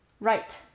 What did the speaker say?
right